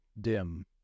dim